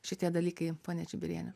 šitie dalykai pone čibiriene